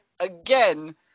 again